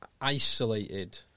isolated